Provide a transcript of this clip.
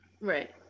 right